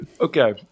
Okay